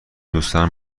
دوستانم